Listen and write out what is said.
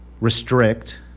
restrict